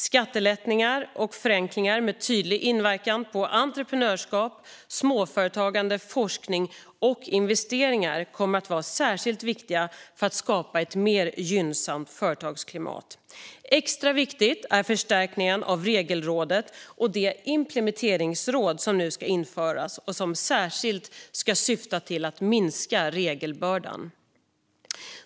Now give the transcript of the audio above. Skattelättnader och förenklingar med tydlig inverkan på entreprenörskap, småföretagande, forskning och investeringar kommer att vara särskilt viktiga för att skapa ett mer gynnsamt företagsklimat. Extra viktig är förstärkningen av Regelrådet och det implementeringsråd som nu ska införas och som särskilt ska syfta till att minska regelbördan.